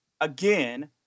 Again